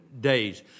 days